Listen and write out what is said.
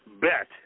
bet